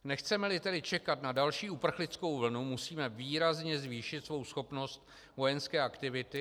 Nechcemeli tedy čekat na další uprchlickou vlnu, musíme výrazně zvýšit svou schopnost vojenské aktivity.